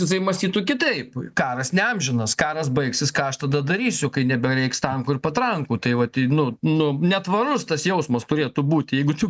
jisai mąstytų kitaip karas ne amžinas karas baigsis ką aš tada darysiu kai nebereiks tankų ir patrankų tai vat nu nu netvarus tas jausmas turėtų būti jeigu tu